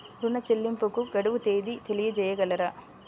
ఋణ చెల్లింపుకు గడువు తేదీ తెలియచేయగలరా?